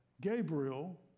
Gabriel